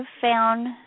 found